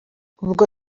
ubwo